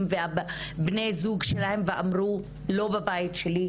ובני זוג שלהן ואמרו - לא בבית שלי,